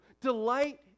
delight